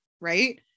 right